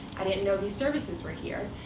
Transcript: i didn't know these services were here.